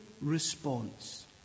response